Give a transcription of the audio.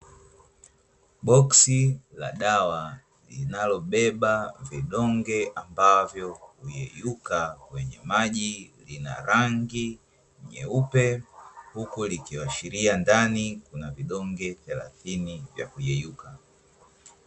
Boksi la dawa linalobeba vidonge ambavyo huyeyuka kwenye maji lina rangi nyeupe, huku likiashiria ndani kuna vidonge thelathini vya kuyeyuka.